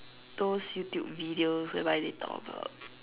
those YouTube videos whereby they talk about